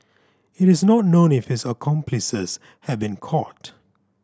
it is not known if his accomplices have been caught